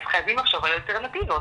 אז חייבים עכשיו לייצר אלטרנטיבות.